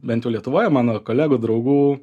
bent lietuvoje mano kolegų draugų